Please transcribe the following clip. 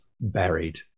Buried